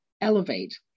elevate